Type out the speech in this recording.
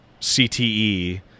CTE